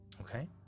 okay